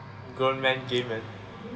grown man game man